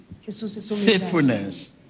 Faithfulness